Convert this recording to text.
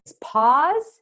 pause